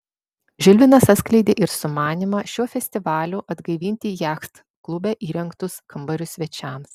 žilvinas atskleidė ir sumanymą šiuo festivaliu atgaivinti jachtklube įrengtus kambarius svečiams